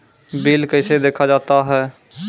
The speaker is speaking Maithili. बिल कैसे देखा जाता हैं?